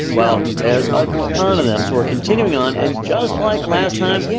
well, there's a ton of them, so we're continuing on, and just like last time,